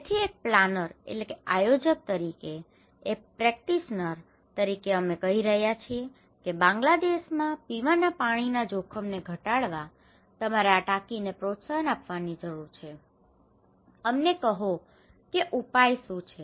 તેથી એક planner planner આયોજક તરીકે એક પ્રેક્ટિસનર practitioner વ્યવસાયી તરીકે અમે કહી રહ્યા છીએ કે બાંગ્લાદેશમાં પીવાના પાણીના જોખમને ઘટાડવા માટે તમારે આ ટાંકીને પ્રોત્સાહન આપવાની જરૂર છે અમને કહો કે ઉપાય શું છે